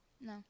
No